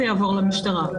זה יעבור למשטרה.